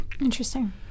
interesting